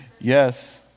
Yes